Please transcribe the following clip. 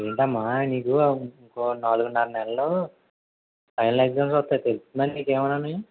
ఏంటమ్మా నీకు ఇంకోక నాలుగున్నర నెలలో ఫైనల్ ఎగ్జామ్స్ వస్తాయి తెలుస్తుందా నీకు ఏమైనా అని